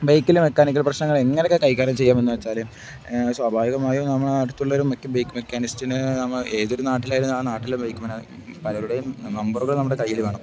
ബൈക്കിന്റെ മെക്കാനിക്കൽ പ്രശ്നങ്ങള് എങ്ങനെയൊക്കെ കൈകാര്യം ചെയ്യാമെന്നു വച്ചാല് സ്വാഭാവികമായും നമ്മള് അടുത്തുള്ളൊരു ബൈക്ക് മെക്കാനിസ്റ്റിന് നമ്മള് ഏതൊരു നാട്ടിലായിരുന്നാല് ആ നാട്ടിലും ബൈക്ക് പലരുടെയും നമ്പറുകൾ നമ്മുടെ കയ്യില് വേണം